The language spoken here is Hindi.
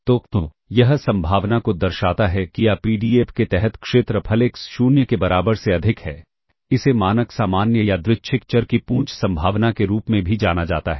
तो यह संभावना को दर्शाता है कि या पीडीएफ के तहत क्षेत्रफल एक्स शून्य के बराबर से अधिक है इसे मानक सामान्य यादृच्छिक चर की पूंछ संभावना के रूप में भी जाना जाता है